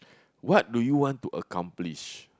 what do you want to accomplish